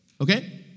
okay